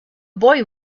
boy